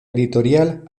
editorial